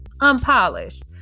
unpolished